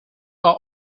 are